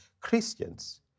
Christians